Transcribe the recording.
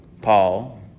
Paul